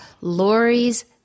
Lori's